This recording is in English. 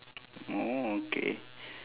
orh okay